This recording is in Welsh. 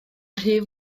rhy